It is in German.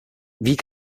wie